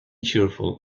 cheerful